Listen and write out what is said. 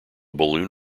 balloon